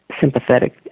sympathetic